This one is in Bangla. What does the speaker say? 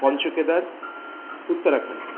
পঞ্চকেদার উত্তরাখণ্ড